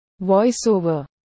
Voice-over